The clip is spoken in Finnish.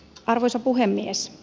arvoisa puhemies